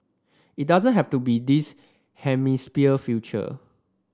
it doesn't have to be this hemisphere future